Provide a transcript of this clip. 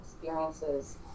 Experiences